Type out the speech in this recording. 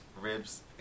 ribs